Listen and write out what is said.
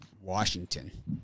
Washington